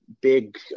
big